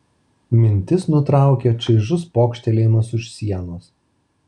mintis nutraukė čaižus pokštelėjimas už sienos